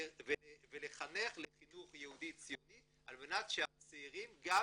ולחנך לחינוך יהודי ציוני על מנת שהצעירים גם